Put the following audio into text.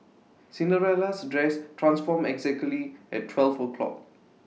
Cinderella's dress transformed exactly at twelve o'clock